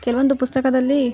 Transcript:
ಕೆಲವೊಂದು ಪುಸ್ತಕದಲ್ಲಿ